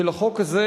ולחוק הזה,